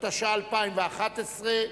התש"ע 2010,